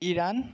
Iran